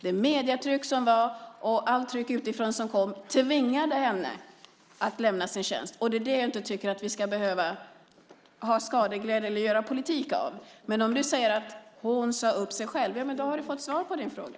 Det medietryck som var och det tryck som kom utifrån tvingade henne att lämna sin tjänst. Det tycker jag inte att vi ska känna skadeglädje för eller göra politik av. Men när du nu säger att hon sade upp sig själv har du ju fått svar på din fråga.